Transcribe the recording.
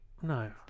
No